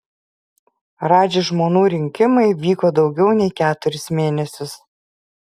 radži žmonų rinkimai vyko daugiau nei keturis mėnesius